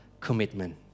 commitment